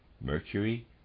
Mercury